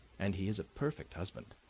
and he is a perfect husband.